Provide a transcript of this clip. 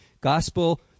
Gospel